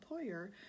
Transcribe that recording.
employer